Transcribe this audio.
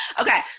Okay